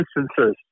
instances